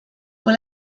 fue